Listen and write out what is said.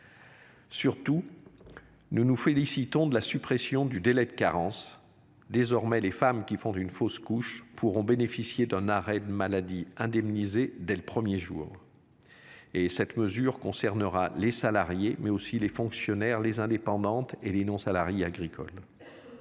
Surtout. Nous nous félicitons de la suppression du délai de carence désormais les femmes qui font d'une fausse couche pourront bénéficier d'un arrêt de maladie indemnisés dès le 1er jour. Et cette mesure concernera les salariés mais aussi les fonctionnaires les indépendante et les non-salariés agricoles.